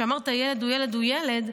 כשאמרת ילד הוא ילד הוא ילד,